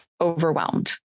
overwhelmed